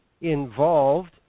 involved